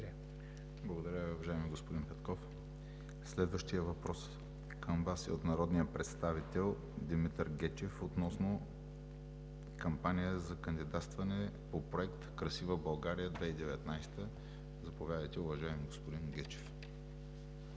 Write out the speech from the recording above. Благодаря, уважаеми господин Петков. Следващият въпрос към Вас е от народния представител Димитър Гечев относно кампания за кандидатстване по проект „Красива България – 2019“. Заповядайте, уважаеми господин Гечев.